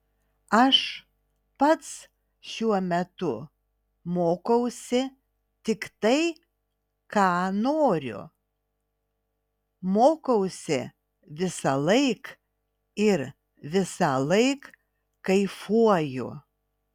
aš pats šiuo metu mokausi tik tai ką noriu mokausi visąlaik ir visąlaik kaifuoju